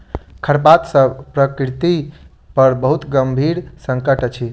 खरपात सॅ प्रकृति पर बहुत गंभीर संकट अछि